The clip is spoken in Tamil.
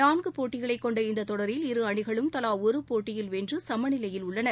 நான்குபோட்டிகளைக் கொண்ட இந்ததொடரில் இரு அணிகளும் தலாஒருபோட்டியில் வென்றுசமநிலையில் உள்ளன